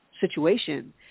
situation